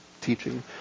teaching